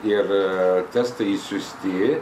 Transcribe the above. ir testai išsiųsti